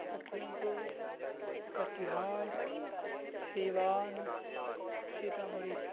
لکھیم پور کٹیہار سیوان سیتامڑھی